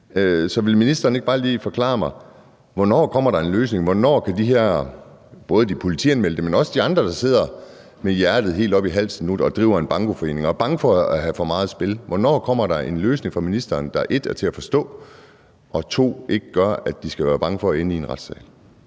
Så vil ministeren ikke bare lige forklare mig, hvornår der kommer en løsning? Hvornår kan både de politianmeldte, men også de andre, der driver en bankoforening og nu sidder med hjertet helt oppe i halsen og er bange for at have for meget spil, få en løsning? Hvornår kommer der en løsning fra ministeren, der 1) er til at forstå, og 2) ikke gør, at de skal være bange for at ende i en retssal?